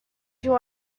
you